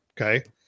Okay